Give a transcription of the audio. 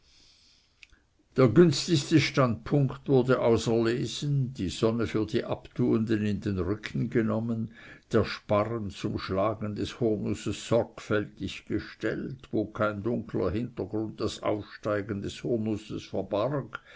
der günstigste standpunkt wurde auserlesen die sonne für die abtuenden in den rücken genommen der sparren zum schlagen des hurnußes sorgfältig gestellt wo kein dunkler hintergrund das aufsteigen des hurnußes verbarg